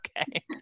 Okay